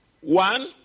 One